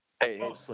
Hey